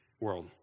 world